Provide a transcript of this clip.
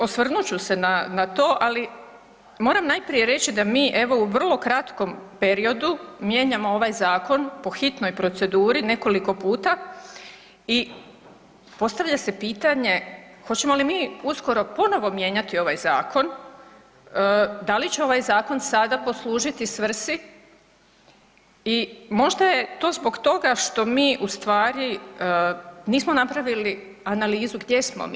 Osvrnut ću se na, na to, ali moram najprije reći da mi evo u vrlo kratkom periodu mijenjamo ovaj zakon po hitnoj proceduri nekoliko puta i postavlja se pitanje hoćemo li mi uskoro ponovo mijenjati ovaj zakon, da li će ovaj zakon sada poslužiti svrsi i možda je to zbog toga što mi ustvari nismo napravili analizu gdje smo mi.